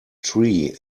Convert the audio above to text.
tree